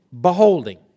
beholding